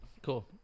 Cool